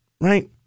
right